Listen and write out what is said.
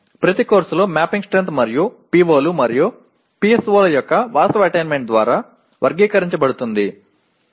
ஒவ்வொரு பாடநெறியும் கோப்பிட்ட வலிமையால் வகைப்படுத்தப்படுகிறது மேலும் இதில் POக்கள் மற்றும் PSOக்களின் உண்மையான அடையல்